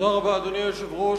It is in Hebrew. תודה רבה, אדוני היושב-ראש.